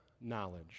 knowledge